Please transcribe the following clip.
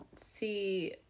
see